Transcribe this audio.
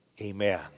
Amen